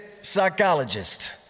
psychologist